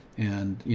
and, you